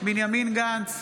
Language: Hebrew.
בנימין גנץ,